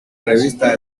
revista